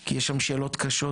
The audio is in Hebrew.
כי יש שם שאלות קשות,